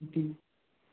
ಅದು